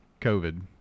covid